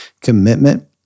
commitment